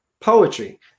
poetry